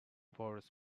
forest